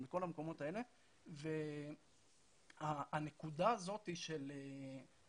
כל המקומות האלה והנקודה הזאת של התרומה,